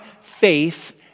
faith